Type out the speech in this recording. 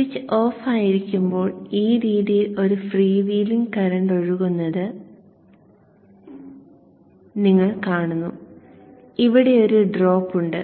switch ഓഫായിരിക്കുമ്പോൾ ഈ രീതിയിൽ ഒരു ഫ്രീ വീലിംഗ് കറന്റ് ഒഴുകുന്നത് നിങ്ങൾ കാണുന്നു ഇവിടെ ഒരു ഡ്രോപ്പ് ഉണ്ട്